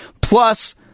plus